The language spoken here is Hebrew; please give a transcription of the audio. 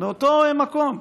באותו מקום.